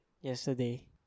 yesterday